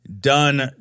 done